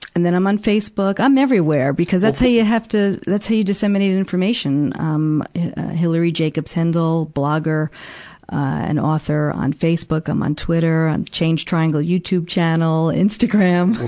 and then i'm on facebook. i'm everywhere! because that's how you have to, that's how you disseminate information. um hilary jacobs hendel, blogger and author on facebook. i'm on twitter. on change triangle. youtube channel. instagram.